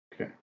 Okay